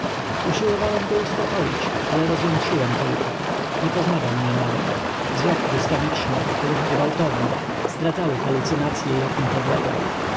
usiłowałem go uspokoić ale rozjątrzyłem tylko nie poznawał mnie nawet wzrok błyskawiczny ruchy gwałtowne zdradzały haluncynacye jakim podlegał